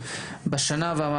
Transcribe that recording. והוועדה הציעה --- באופן מרוכז,